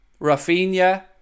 Rafinha